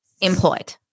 employed